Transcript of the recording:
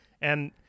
And-